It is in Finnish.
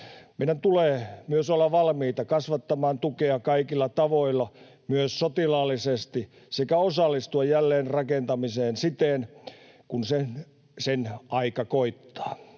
Meidän tulee myös olla valmiita kasvattamaan tukea kaikilla tavoilla, myös sotilaallisesti, sekä osallistua jälleenrakentamiseen sitten, kun sen aika koittaa.